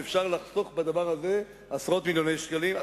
ואפשר לחסוך בדבר הזה עשרות מיליוני שקלים.